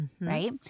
Right